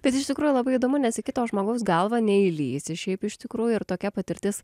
bet iš tikrųjų labai įdomu nes į kito žmogaus galvą neįlįsi šiaip iš tikrųjų ir tokia patirtis